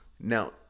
Now